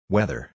Weather